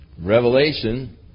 Revelation